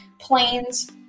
planes